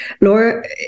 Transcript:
Laura